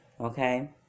Okay